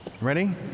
Ready